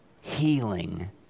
healing